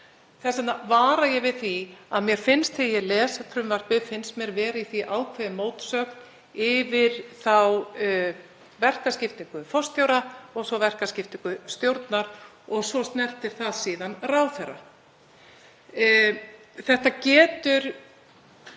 Þess vegna vara ég við því að þegar ég les frumvarpið finnst mér vera í því ákveðin mótsögn yfir verkaskiptingu forstjóra og svo verkaskiptingu stjórnar sem snertir síðan ráðherra. Þetta getur